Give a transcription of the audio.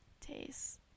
taste